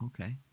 Okay